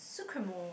Sucremor